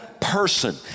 person